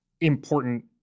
important